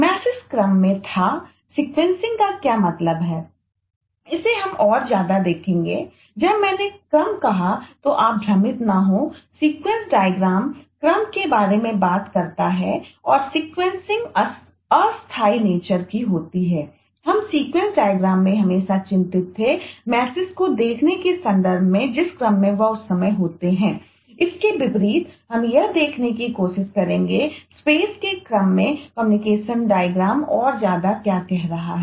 message और ज्यादा क्या कह रहा है